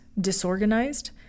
disorganized